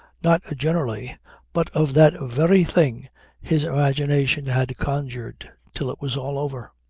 not generally but of that very thing his imagination had conjured, till it was all over.